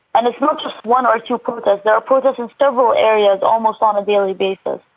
and it's not just one or two protests there are protests in several areas almost on a daily basis.